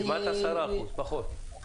קיבלת 10%, פחות.